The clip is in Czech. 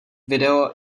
video